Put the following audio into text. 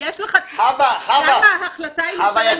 שזה לא בגלל שמישהו כמעט פגע בהם מאחור.